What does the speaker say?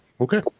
Okay